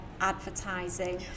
advertising